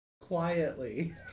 Quietly